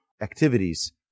activities